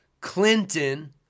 Clinton